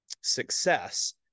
success